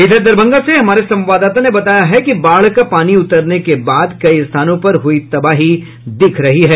इधर दरभंगा से हमारे संवाददाता ने बताया कि बाढ़ का पानी उतरने के बाद कई स्थानों पर हुई तबाही दिख रही है